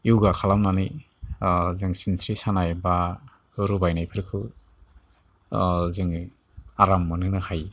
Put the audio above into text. य'गा खालामनानै जों सिनस्रि सानाय बा रुबायनायफोरखौ जोङो आराम मोनहोनो हायो